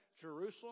Jerusalem